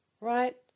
right